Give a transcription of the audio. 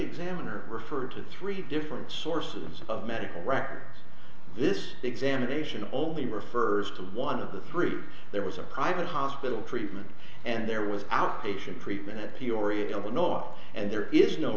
examiner referred to three different sources of medical records this examination all the refers to one of the three there was a private hospital treatment and there was outpatient treatment at peoria illinois and there is no